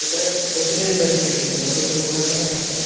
എത്ര പെർസെന്റേജ് ഉണ്ടായിരുന്നു എന്ന് ചോദിക്കുക A plus full A plus ഒക്കെ ആയിട്ടാണോ